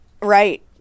Right